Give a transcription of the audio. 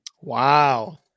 Wow